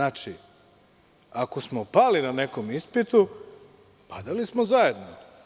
Ako smo pali na nekom ispitu, padali smo zajedno.